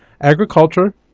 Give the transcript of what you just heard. Agriculture